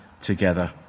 together